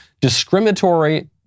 discriminatory